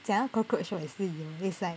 讲到 cockroach 我也是有 it's like